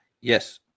Yes